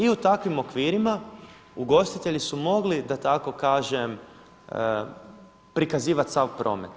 I u takvim okvirima ugostitelji su mogli da tako kažem prikazivati sav promet.